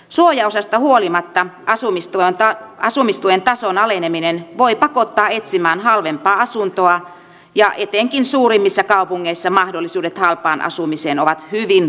suojaosasta huolimatta asumistuen tason aleneminen voi pakottaa etsimään halvempaa asuntoa ja etenkin suurimmissa kaupungeissa mahdollisuudet halpaan asumiseen ovat hyvin rajalliset